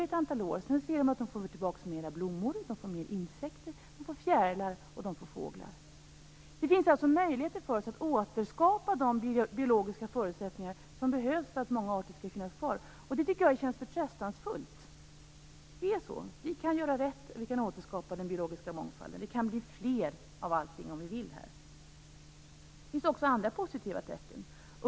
Det finns alltså möjligheter för oss att återskapa de biologiska förutsättningar som behövs för att många arter skall kunna finnas kvar. Det känns förtröstansfullt. Det kan bli fler av allting, om vi vill. Det finns också andra positiva tecken.